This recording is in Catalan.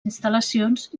instal·lacions